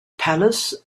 palace